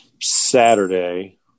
saturday